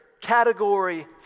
Category